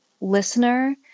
listener